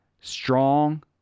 strong